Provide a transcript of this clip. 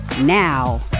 now